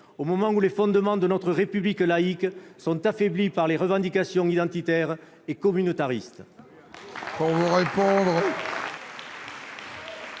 au moment où les fondements de notre république laïque sont affaiblis par les revendications identitaires et communautaristes